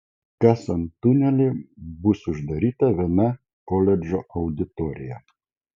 kasant tunelį bus uždaryta viena koledžo auditorija